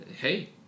Hey